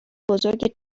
بزرگ